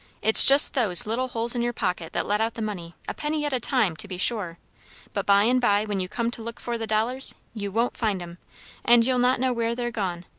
it's just those little holes in your pocket that let out the money a penny at a time, to be sure but by and by when you come to look for the dollars, you won't find em and you'll not know where they're gone.